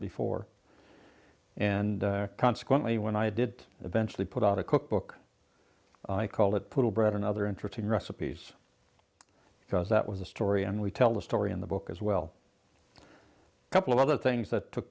before and consequently when i did eventually put out a cookbook i called it put a bread another interesting recipes because that was the story and we tell the story in the book as well a couple of other things that took